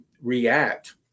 react